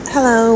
Hello